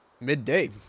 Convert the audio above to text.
midday